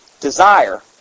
desire